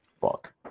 Fuck